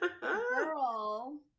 girl